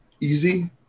easy